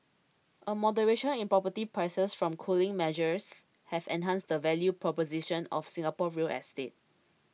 a moderation in property prices from cooling measures have enhanced the value proposition of Singapore real estate